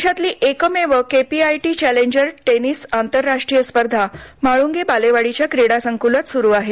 देशातली एकमेव KPIT challenger tennis आंतरराष्ट्रीय स्पर्धा म्हाळूंगे बालेवाडीच्या क्रीडासंकुलात सुरु आहे